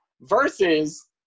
versus